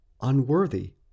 unworthy